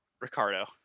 ricardo